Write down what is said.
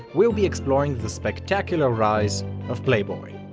we'll be exploring the spectacular rise of playboy.